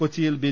കൊച്ചിയിൽ ബി